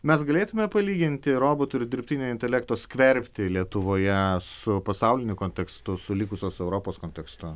mes galėtume palyginti robotų ir dirbtinio intelekto skverbtį lietuvoje su pasauliniu kontekstu su likusios europos kontekstu